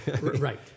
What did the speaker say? Right